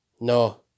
No